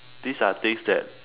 these are things that